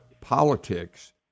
politics